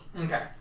Okay